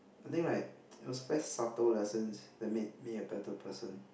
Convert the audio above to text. I think like it was very subtle lessons that made me a better person